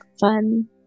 Fun